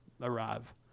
arrive